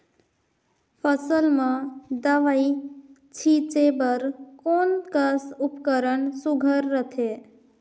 फसल म दव ई छीचे बर कोन कस उपकरण सुघ्घर रथे?